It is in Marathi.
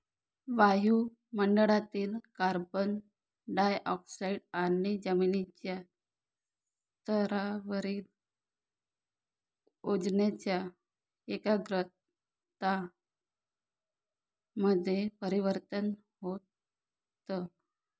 वायु मंडळातील कार्बन डाय ऑक्साईड आणि जमिनीच्या स्तरावरील ओझोनच्या एकाग्रता मध्ये परिवर्तन होतं